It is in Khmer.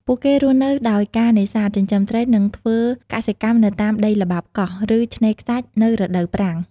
ពួកគេរស់នៅដោយការនេសាទ ចិញ្ចឹមត្រី និងធ្វើកសិកម្មនៅតាមដីល្បាប់កោះ ឬឆ្នេរខ្សាច់នៅរដូវប្រាំង។